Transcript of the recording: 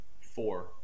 Four